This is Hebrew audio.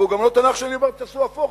והוא גם לא תנ"ך כשאומר "תעשו הפוך",